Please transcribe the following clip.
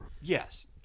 Yes